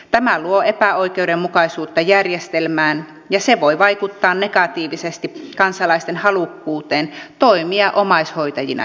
tämä luo epäoikeudenmukaisuutta järjestelmään ja se voi vaikuttaa negatiivisesti kansalaisten halukkuuteen toimia omaishoitajina jatkossa